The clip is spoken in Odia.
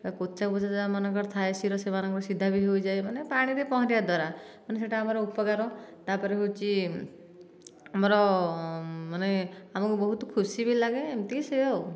ଆଉ କୋଚା କୋଚା ଯେଉଁମାନଙ୍କ ଥାଏ ଶିର ସେମାନଙ୍କର ସିଧା ବି ହୋଇଯାଏ ମାନେ ପାଣିରେ ପହଁରିବା ଦ୍ଵାରା ମାନେ ସେଇଟା ଆମର ଉପକାର ତା ପରେ ହେଉଛି ଆମର ମାନେ ଆମକୁ ବହୁତ ଖୁସିବି ଲାଗେ ଏମିତି ସେଇୟା ଆଉ